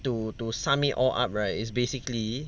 to to sum it all up right is basically